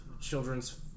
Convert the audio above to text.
children's